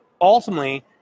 ultimately